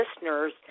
listeners